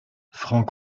frank